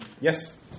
Yes